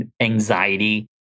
anxiety